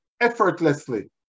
effortlessly